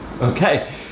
Okay